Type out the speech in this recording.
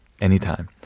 anytime